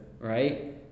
right